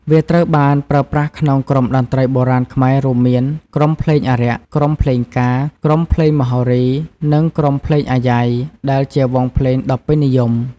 វាត្រូវបានប្រើប្រាស់ក្នុងក្រុមតន្ត្រីបុរាណខ្មែរ រួមមាន ក្រុមភ្លេងអារក្ស ក្រុមភ្លេងការ ក្រុមភ្លេងមហោរី និងក្រុមភ្លេងអាយ៉ៃ ដែលជាវង់ភ្លេងដ៏ពេញនិយម។